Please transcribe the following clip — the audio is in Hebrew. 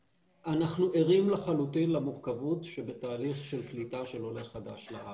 אנחנו ערים לחלוטין למורכבות שבתהליך של קליטה של עולה חדש לארץ,